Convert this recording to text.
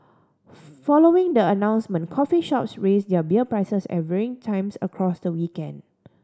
following the announcement coffee shops raised their beer prices at varying times across the weekend